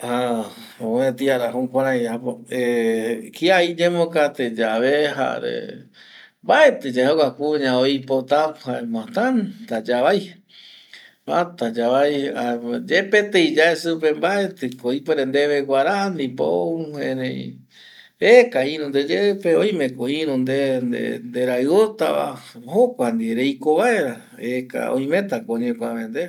mopeti ara jukurai apo, kia iyembokate yave jare mbaetiyae jokua kuña oipota jaema tanta yavai, jata yavai jaema yepe tei yae supe mbaetiko ipuere debe guara ndipo ou, erei eka iru ndeyeipe oime ko iru nde, nderaiu ta va jokua ndie reiko vaera eka oimeta ko oñekuave nde